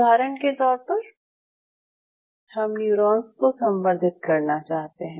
उदाहरण के तौर पर हम न्यूरॉन्स को संवर्धित करना चाहते हैं